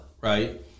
Right